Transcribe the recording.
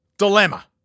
Dilemma